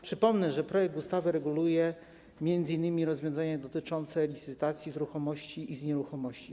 Przypomnę, że projekt ustawy reguluje m.in. rozwiązania dotyczące licytacji z ruchomości i z nieruchomości.